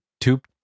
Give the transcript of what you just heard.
tube